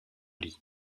lit